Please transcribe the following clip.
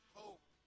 hope